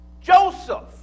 Joseph